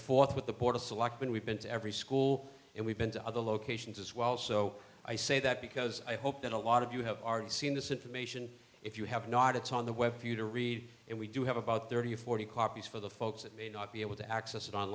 fourth with the board of selectmen we've been to every school and we've been to other locations as well so i say that because i hope that a lot of you have already seen this information if you have not it's on the web for you to read and we do have about thirty or forty copies for the folks that may not be able to access it on